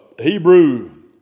Hebrew